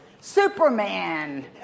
Superman